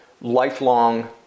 lifelong